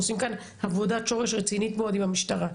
עושים עבודת שורש רצינית מאוד עם המשטרה.